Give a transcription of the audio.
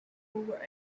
were